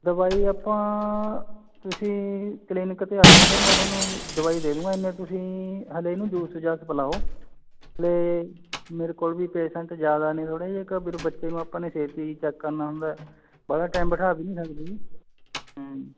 ਦਵਾਈ ਆਪਾਂ ਤੁਸੀਂ ਕਲੀਨਿਕ 'ਤੇ ਆਇਓ ਫਿਰ ਮੈਂ ਤੁਹਾਨੂੰ ਦਵਾਈ ਦੇ ਦੂੰਗਾ ਇੰਨੇ ਤੁਸੀਂ ਹਲੇ ਇਹਨੂੰ ਜੂਸ ਜਾਸ ਪਲਾਓ ਅਤੇ ਮੇਰੇ ਕੋਲ ਵੀ ਪੇਸ਼ੈਂਟ ਜ਼ਿਆਦਾ ਨੇ ਥੋੜ੍ਹੇ ਜੇ ਇੱਕ ਫਿਰ ਬੱਚੇ ਨੂੰ ਆਪਾਂ ਨੇ ਸੇਫਟੀ ਚੈੱਕ ਕਰਨਾ ਹੁੰਦਾ ਬਾਹਲਾ ਟਾਈਮ ਬਿਠਾ ਵੀ ਨਹੀਂ ਸਕਦੇ